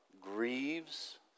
grieves